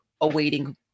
awaiting